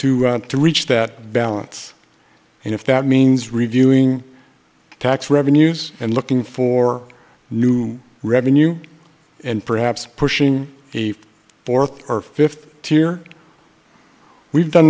to to reach that balance and if that means reviewing tax revenues and looking for new revenue and perhaps pushing the fourth or fifth tier we've done